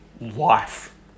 life